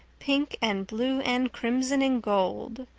pink and blue and crimson and gold,